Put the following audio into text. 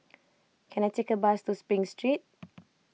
can I take a bus to Spring Street